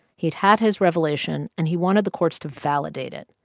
he'd had his revelation, and he wanted the courts to validate it.